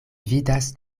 vidas